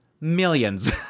Millions